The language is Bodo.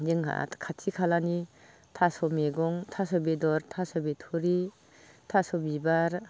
जोंहा आरो खाथि खालानि थास' मैगं थास' बेदर थास' बिथुरि थास' बिबार